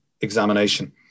examination